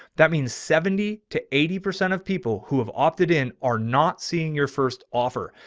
that means seventy to eighty percent of people who have opted in are not seeing your first offer.